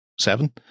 seven